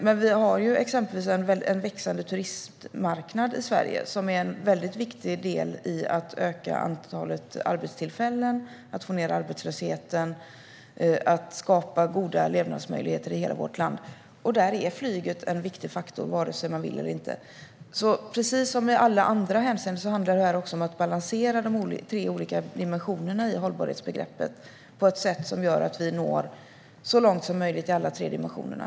Men vi har till exempel en växande turistmarknad i Sverige som är en viktig del i att öka antalet arbetstillfällen, att få ned arbetslösheten och att skapa goda levnadsmöjligheter i hela vårt land. Där är flyget en viktig faktor vare sig man vill eller inte. Precis som i alla andra hänseenden handlar det om att balansera de tre olika dimensionerna i hållbarhetsbegreppet på ett sätt som gör att vi når så långt som möjligt i alla tre dimensionerna.